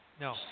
No